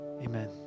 amen